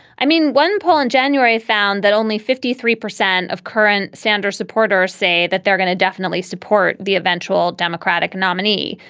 i mean, one poll in january found that only fifty three percent of current sanders supporters say that they're going to definitely support the eventual democratic nominee,